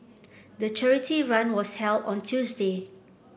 the charity run was held on Tuesday